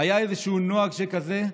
היה איזשהו נוהג כזה.